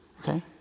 okay